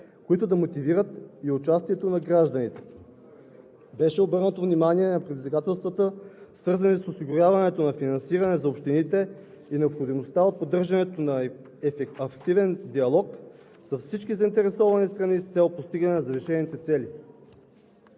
които да мотивират и участието на гражданите. Беше обърнато внимание на предизвикателствата, свързани с осигуряването на финансиране за общините и необходимостта от поддържането на активен диалог с всички заинтересовани страни с цел постигане на завишените цели.